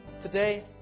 Today